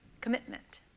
commitment